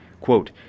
quote